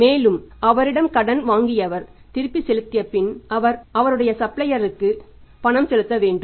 மேலும் அவரிடம் கடன் வாங்கியவர் திருப்பி செலுத்திய பின் அவர் அவருடைய சப்ளையர்களுக்கு அவர் பணம் செலுத்த வேண்டும்